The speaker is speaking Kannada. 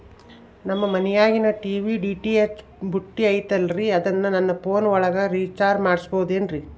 ನಮ್ಮ ಮನಿಯಾಗಿನ ಟಿ.ವಿ ಡಿ.ಟಿ.ಹೆಚ್ ಪುಟ್ಟಿ ಐತಲ್ರೇ ಅದನ್ನ ನನ್ನ ಪೋನ್ ಒಳಗ ರೇಚಾರ್ಜ ಮಾಡಸಿಬಹುದೇನ್ರಿ?